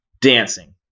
dancing